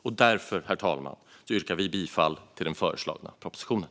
Och därför, herr talman, yrkar vi bifall till den föreslagna propositionen.